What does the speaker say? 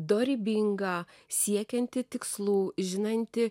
dorybinga siekianti tikslų žinanti